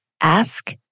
ask